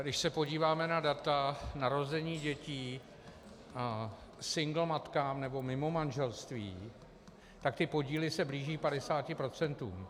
Když se podíváme na data narození dětí single matkám nebo mimo manželství, tak ty podíly se blíží 50 %.